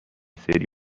سری